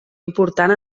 important